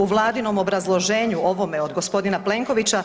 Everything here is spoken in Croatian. U Vladinom obrazloženju ovome od gospodina Plenkovića,